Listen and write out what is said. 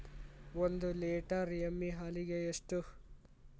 ಒಂದು ಲೇಟರ್ ಎಮ್ಮಿ ಹಾಲಿಗೆ ಎಷ್ಟು?